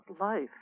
life